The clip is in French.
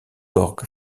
georg